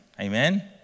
Amen